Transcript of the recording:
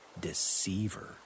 deceiver